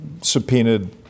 subpoenaed